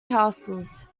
castles